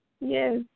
Yes